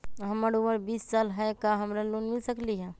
हमर उमर बीस साल हाय का हमरा लोन मिल सकली ह?